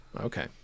Okay